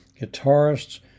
guitarists